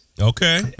okay